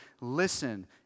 listen